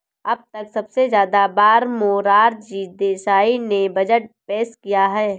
अब तक सबसे ज्यादा बार मोरार जी देसाई ने बजट पेश किया है